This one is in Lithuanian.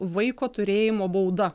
vaiko turėjimo bauda